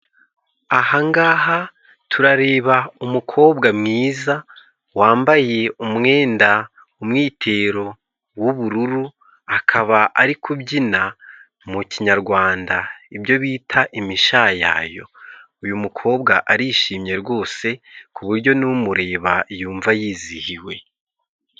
Ahangaha turareba umukobwa mwiza wambaye umwenda, umwitero w'ubururu. Akaba ari kubyina mu kinyarwanda ibyo bita imishayayo. Uyu mukobwa arishimye rwose ku buryo n'umureba yumva yizihiwe.